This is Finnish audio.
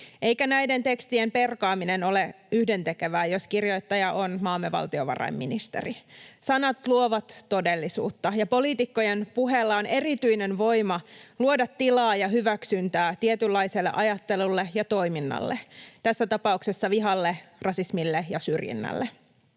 eikä näiden tekstien perkaaminen ole yhdentekevää, jos kirjoittaja on maamme valtiovarainministeri. Sanat luovat todellisuutta, ja poliitikkojen puheella on erityinen voima luoda tilaa ja hyväksyntää tietynlaiselle ajattelulle ja toiminnalle — tässä tapauksessa vihalle, rasismille ja syrjinnälle.